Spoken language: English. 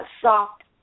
Soft